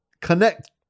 connect